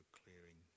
clearing